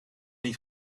niet